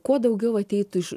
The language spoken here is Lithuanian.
kuo daugiau ateitų iš